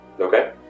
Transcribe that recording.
Okay